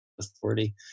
authority